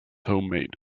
homemade